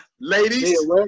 ladies